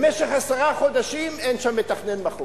במשך עשרה חודשים אין שם מתכנן מחוז.